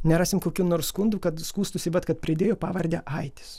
nerasim kokių nors skundų kad skųstųsi vat kad pridėjo pavardę aitis